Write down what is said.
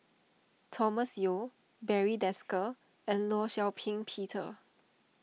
Thomas Yeo Barry Desker and Law Shau Ping Peter